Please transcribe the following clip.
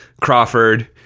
Crawford